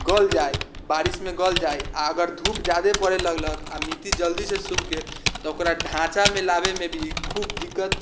गल जाइ बारिशमे गल जाइ आ अगर धूप जादे पड़ै लगलक आ मिट्टी जल्दीसँ सूख गेल तऽ ओकरा ढाँचा मिलाबैमे भी खूब दिक्कत